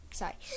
sorry